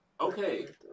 Okay